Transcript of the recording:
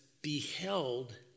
beheld